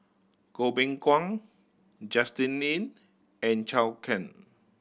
Goh Beng Kwan Justin Lean and Zhou Can